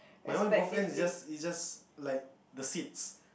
my one both end is just is just like the seats